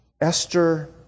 Esther